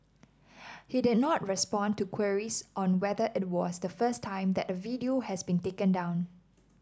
he did not respond to queries on whether it was the first time that a video has been taken down